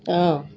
অঁ